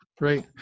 Right